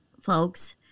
folks